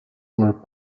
were